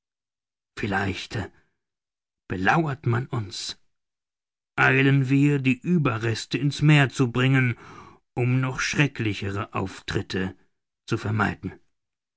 vielleicht belauert man uns eilen wir die ueberreste in's meer zu bringen um noch schrecklichere auftritte zu vermeiden